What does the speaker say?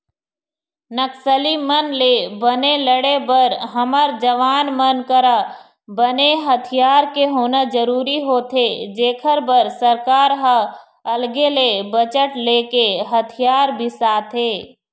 नक्सली मन ले बने लड़े बर हमर जवान मन करा बने हथियार के होना जरुरी होथे जेखर बर सरकार ह अलगे ले बजट लेके हथियार बिसाथे